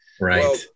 Right